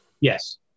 Yes